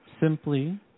simply